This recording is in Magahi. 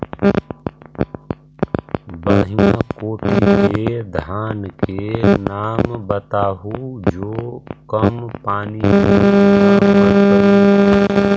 बढ़िया कोटि के धान के नाम बताहु जो कम पानी में न मरतइ?